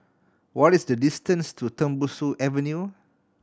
what is the distance to Tembusu Avenue